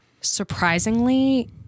Surprisingly